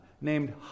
named